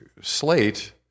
slate